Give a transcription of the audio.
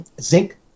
Zinc